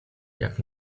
jak